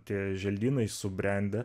tie želdynai subrendę